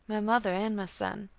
my mother, and my son.